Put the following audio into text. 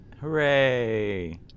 hooray